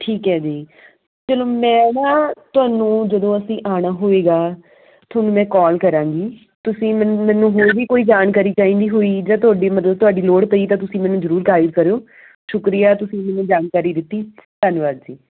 ਠੀਕ ਹੈ ਜੀ ਚਲੋ ਮੈਂ ਨਾ ਤੁਹਾਨੂੰ ਜਦੋਂ ਅਸੀਂ ਆਉਣਾ ਹੋਏਗਾ ਤੁਹਾਨੂੰ ਮੈਂ ਕੋਲ ਕਰਾਂਗੀ ਤੁਸੀਂ ਮੈਨ ਮੈਨੂੰ ਹੋਰ ਵੀ ਕੋਈ ਜਾਣਕਾਰੀ ਚਾਹੀਦੀ ਹੋਈ ਜਾਂ ਤੁਹਾਡੀ ਮਦਦ ਤੁਹਾਡੀ ਲੋੜ ਪਈ ਤਾਂ ਤੁਸੀਂ ਮੈਨੂੰ ਜ਼ਰੂਰ ਗਾਈਡ ਕਰਿਓ ਸ਼ੁਕਰੀਆ ਤੁਸੀਂ ਮੈਨੂੰ ਜਾਣਕਾਰੀ ਦਿੱਤੀ ਧੰਨਵਾਦ ਜੀ